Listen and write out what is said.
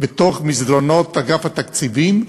במסדרונות אגף התקציבים,